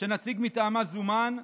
שנציג מטעמה זומן.